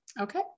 okay